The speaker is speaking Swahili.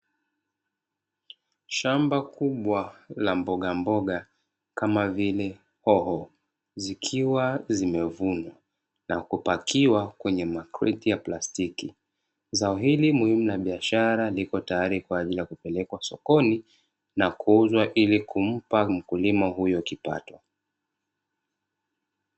Shamba kubwa la mbogamboga kama vile hoho zikiwa zimevunda na kupakiwa kwenye makriki ya plastiki zao hili muhimu na biashara niko tayari kwa ajili ya kupelekwa sokoni na kuuzwa ili kumpa mkulima huyo kipato.